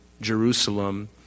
Jerusalem